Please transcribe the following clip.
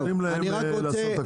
שנותנים להם לעשות את זה.